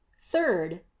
third